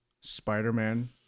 Spider-Man